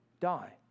Die